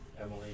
Emily